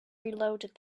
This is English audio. reloaded